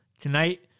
tonight